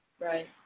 Right